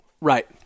Right